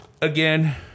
again